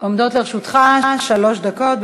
עומדות לרשותך שלוש דקות.